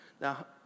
Now